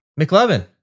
mclevin